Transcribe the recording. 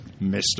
Mr